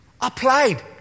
applied